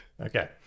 Okay